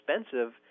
expensive